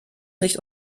nicht